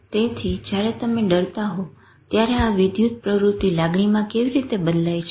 તેથી જયારે તમે ડરતા હો ત્યારે આ વિદ્યુત પ્રવૃતિ લાગણીમાં કેવી રીતે બદલાય છે